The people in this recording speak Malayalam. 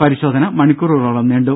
പരിശോധന മണിക്കൂറുകളോളം നീണ്ടു